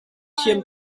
thiam